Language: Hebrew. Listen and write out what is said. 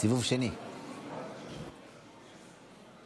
נגד משה